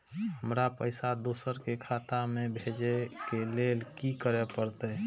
हमरा पैसा दोसर के खाता में भेजे के लेल की करे परते?